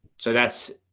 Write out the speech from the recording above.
so that's,